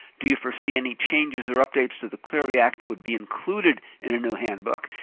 do you foresee any changes or updates to the clery act that would be included in a new handbook?